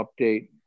update